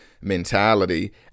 mentality